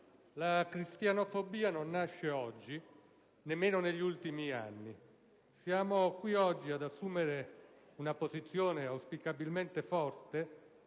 la cristianofobia non nasce oggi e nemmeno negli ultimi anni. Siamo qui oggi ad assumere una posizione auspicabilmente forte